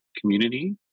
community